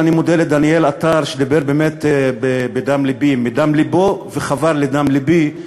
ואני מודה לדניאל עטר שדיבר באמת מדם לבו וחבר לדם לבי,